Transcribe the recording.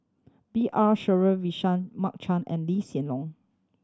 B R Sreenivasan Mark Chan and Lee Hsien Loong